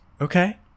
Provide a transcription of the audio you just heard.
Okay